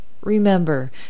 Remember